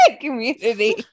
community